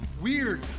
weird